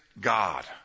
God